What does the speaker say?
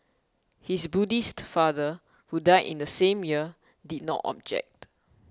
his Buddhist father who died in the same year did not object